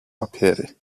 papiery